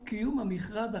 תבטיחי לי שתעשי את זה.